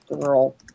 Girl